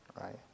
right